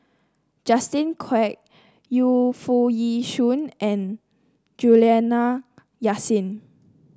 Justin Quek Yu Foo Yee Shoon and Juliana Yasin